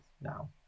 now